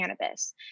cannabis